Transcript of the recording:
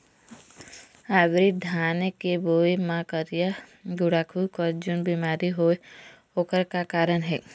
Hybrid धान के बायेल मां करिया गुड़ाखू कस जोन बीमारी होएल ओकर का कारण हे?